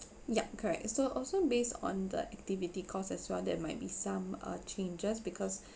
yup correct so also based on the activity cost as well there might be some uh changes because